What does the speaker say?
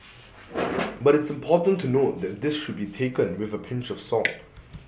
but it's important to note that this should be taken with A pinch of salt